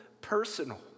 personal